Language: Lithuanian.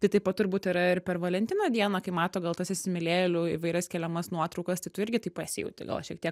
tai taip pat turbūt yra ir per valentino dieną kai mato gal tas įsimylėjėlių įvairias keliamas nuotraukas tai tu irgi tai pasijauti gal šiek tiek